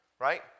right